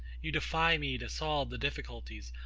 you defy me to solve the difficulties,